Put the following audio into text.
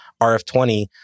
RF20